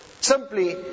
simply